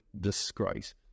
disgrace